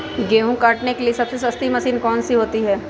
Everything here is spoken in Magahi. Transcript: गेंहू काटने के लिए सबसे सस्ती मशीन कौन सी होती है?